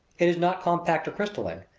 it is not compact or crystalline,